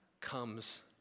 comes